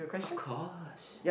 of course